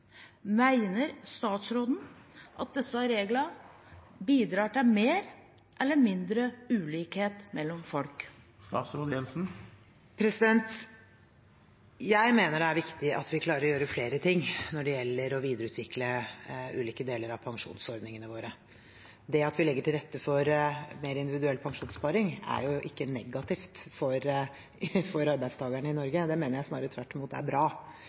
statsråden at disse reglene bidrar til mer eller mindre ulikhet mellom folk? Jeg mener det er viktig at vi klarer å gjøre flere ting for å videreutvikle ulike deler av pensjonsordningene våre. Det at vi legger til rette for mer individuell pensjonssparing, er ikke negativt for arbeidstakerne i Norge. Det mener jeg snarere tvert imot er bra.